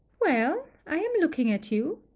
well, i am looking at you.